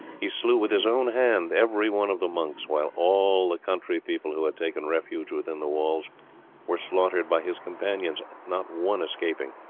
he slew with his own hand everyone of the monks, while all the country people who had taken refuge within the walls were slaughtered by his companions, not one escaping.